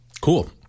Cool